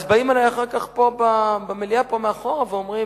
אז באים אלי אחר כך פה במליאה מאחור ואומרים: